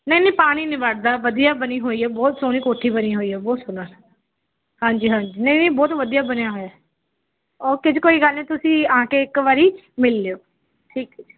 ਨਹੀਂ ਨਹੀਂ ਪਾਣੀ ਨਹੀਂ ਵੜਦਾ ਵਧੀਆ ਬਣੀ ਹੋਈ ਹੈ ਬਹੁਤ ਸੋਹਣੀ ਕੋਠੀ ਬਣੀ ਹੋਈ ਹੈ ਬਹੁਤ ਸੋਹਣਾ ਹਾਂਜੀ ਹਾਂਜੀ ਨਹੀਂ ਵੀ ਬਹੁਤ ਵਧੀਆ ਬਣਿਆ ਹੋਇਆ ਓਕੇ ਜੀ ਕੋਈ ਗੱਲ ਨਹੀਂ ਤੁਸੀਂ ਆ ਕੇ ਇੱਕ ਵਾਰ ਮਿਲ ਲਿਓ ਠੀਕ ਹੈ ਜੀ